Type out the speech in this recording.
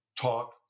Talk